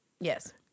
Yes